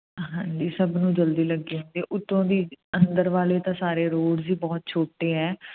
ਹਾਂਜੀ ਸਭ ਨੂੰ ਜਲਦੀ ਲੱਗੀ ਹੁੰਦੀ ਉਤੋਂ ਦੀ ਅੰਦਰ ਵਾਲੇ ਤਾਂ ਸਾਰੇ ਰੋਡ ਹੀ ਬਹੁਤ ਛੋਟੇ ਹੈ